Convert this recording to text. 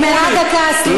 נגמרה דקה, סליחה.